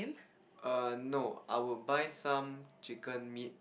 err no I would buy some chicken meat